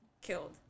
killed